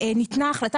שאלתי על השכר.